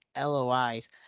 LOIs